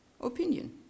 opinion